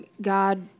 God